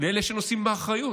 לאלה שנושאים באחריות,